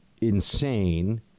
insane